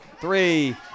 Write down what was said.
three